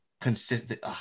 consistent